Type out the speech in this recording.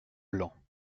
blancs